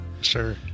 Sure